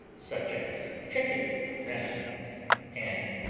such as chicken ramekins and